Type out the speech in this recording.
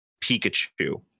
Pikachu